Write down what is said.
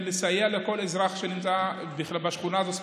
לסייע לכל אזרח שנמצא בשכונה הזאת ספציפית,